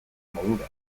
modura